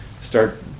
start